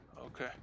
Okay